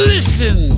Listen